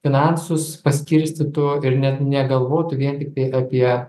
finansus paskirstytų ir net negalvotų vien tiktai apie